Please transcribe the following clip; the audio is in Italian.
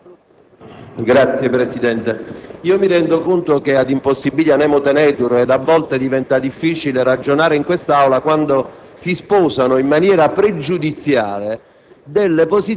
Signor Presidente, mi rendo conto che *ad impossibilia nemo tenetur*. A volte diventa difficile ragionare in quest'Aula, quando si sposano in maniera pregiudiziale